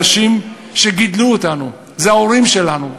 אלה אנשים שגידלו אותנו, זה ההורים שלנו,